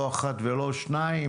לא אחת ולא שתיים